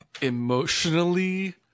Emotionally